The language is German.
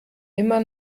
immer